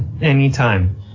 anytime